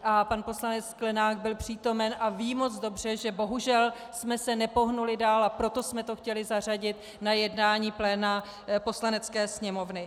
A pan poslanec Sklenák byl přítomen a ví moc dobře, že bohužel jsme se nepohnuli dál, a proto jsme to chtěli zařadit na jednání pléna Poslanecké sněmovny.